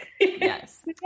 Yes